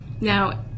Now